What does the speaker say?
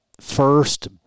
First